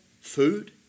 food